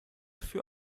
für